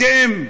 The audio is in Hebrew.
אתם,